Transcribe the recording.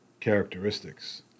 characteristics